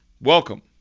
welcome